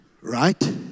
Right